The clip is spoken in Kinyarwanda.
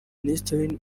ministiri